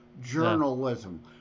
Journalism